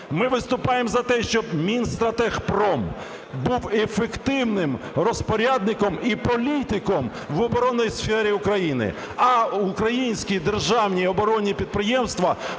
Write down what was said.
Ми виступаємо за те, щоб Мінстратегпром був ефективним розпорядником і політиком в оборонній сфері України, а українські державні оборонні підприємства